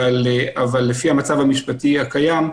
אבל לפי המצב המשפטי הקיים,